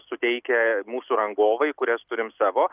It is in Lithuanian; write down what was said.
suteikia mūsų rangovai kurias turim savo